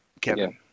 Kevin